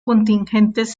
contingentes